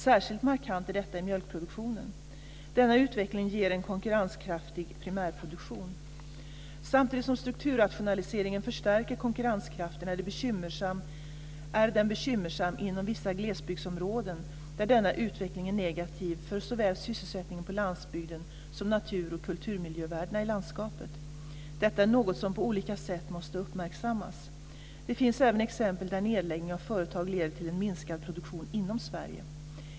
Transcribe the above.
Särskilt markant är detta i mjölkproduktionen. Denna utveckling ger en konkurrenskraftig primärproduktion. Samtidigt som strukturrationaliseringen förstärker konkurrenskraften är den bekymmersam inom vissa glesbygdsområden där denna utveckling är negativ för såväl sysselsättningen på landsbygden som naturoch kulturmiljövärden i landskapet. Detta är något som på olika sätt måste uppmärksammas. Det finns även exempel där nedläggningen av företag leder till en minskad produktion inom Sverige.